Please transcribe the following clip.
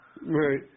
Right